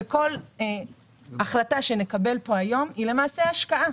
וכל החלטה שנקבל פה היום היא למעשה השקעה,